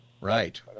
Right